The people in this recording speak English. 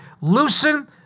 loosen